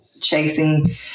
chasing